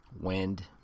wind